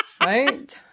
Right